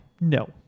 No